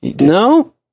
No